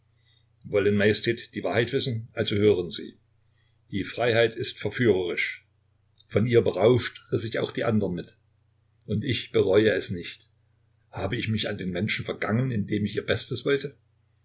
wollen majestät die wahrheit wissen also hören sie die freiheit ist verführerisch von ihr berauscht riß ich auch die andern mit und ich bereue es nicht habe ich mich an den menschen vergangen indem ich ihr bestes wollte